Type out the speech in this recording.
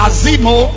Azimo